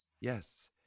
Yes